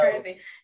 crazy